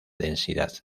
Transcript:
densidad